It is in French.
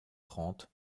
trente